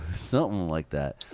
something like that,